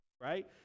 right